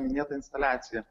minėtą instaliaciją